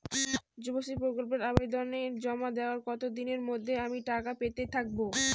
যুবশ্রী প্রকল্পে আবেদন জমা দেওয়ার কতদিনের মধ্যে আমি টাকা পেতে থাকব?